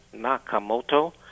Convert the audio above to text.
Nakamoto